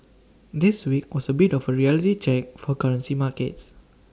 this week was A bit of A reality check for currency markets